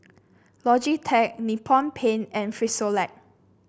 Logitech Nippon Paint and Frisolac